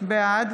בעד